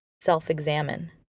self-examine